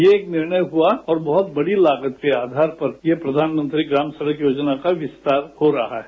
यह एक निर्णय हुआ और एक बहुत बडी लागत के आधार पर ये प्रधानमंत्री ग्राम सडक योजना का विस्तार हो रहा है